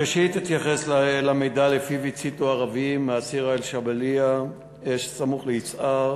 1. ראשית אתייחס למידע שלפיו הציתו ערבים מעסירה-א-קבליה אש סמוך ליצהר.